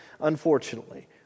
unfortunately